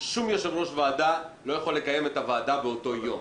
שום יושב-ראש ועדה לא יכול לקיים את הוועדה באותו יום.